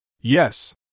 Yes